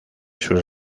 sus